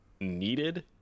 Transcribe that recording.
needed